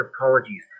apologies